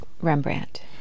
Rembrandt